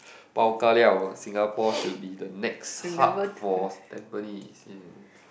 bao ka liao Singapore should be the next hub for Tampines !yay!